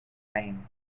fame